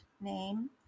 name